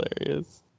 hilarious